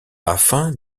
afin